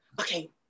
okay